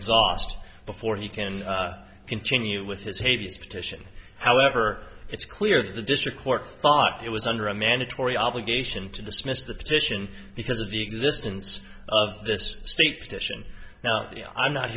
exhaust before he can continue with his hades petition however it's clear that the district court thought it was under a mandatory obligation to dismiss the petition because of the existence of this state petition now i'm